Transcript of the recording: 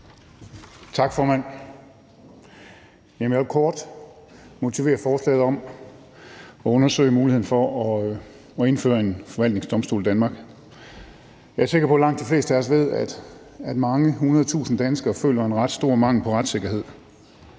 Tak, formand. Jeg vil kort motivere forslaget om at undersøge muligheden for at indføre en forvaltningsdomstol i Danmark. Jeg er sikker på, at langt de fleste af os ved, at mange hundred tusinde danskere føler en ret stor mangel på retssikkerhed,